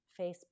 Facebook